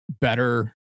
better